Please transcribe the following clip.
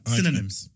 Synonyms